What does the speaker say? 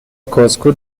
کاسکو